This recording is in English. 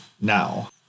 now